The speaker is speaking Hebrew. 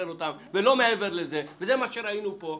זה מה שראינו פה.